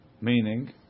Meaning